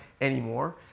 anymore